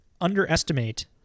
underestimate